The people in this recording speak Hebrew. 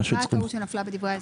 מה הטעות שנפלה בדברי ההסבר?